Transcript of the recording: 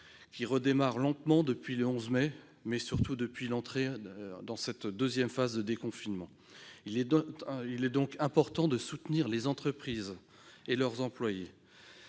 qui redémarre lentement depuis le 11 mai, mais surtout depuis l'entrée dans cette deuxième phase de déconfinement. Il est donc important de soutenir les entreprises et leurs employés.